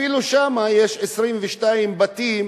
שם אפילו יש 22 בתים